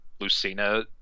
Lucina